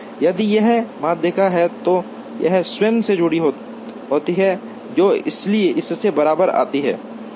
यदि यह एक माध्यिका है तो यह स्वयं से जुड़ी होती है जो इससे बाहर आती है